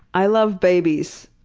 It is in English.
i love babies.